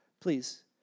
please